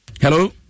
hello